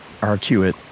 arcuate